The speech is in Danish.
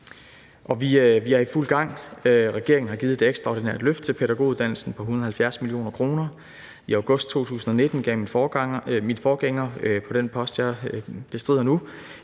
Vi er i fuld gang. Regeringen har givet et ekstraordinært løft til pædagoguddannelsen på 170 mio. kr. I august 2019 gav min forgænger på den post, jeg bestrider nu,